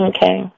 Okay